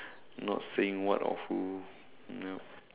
not saying what awful nope